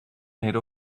made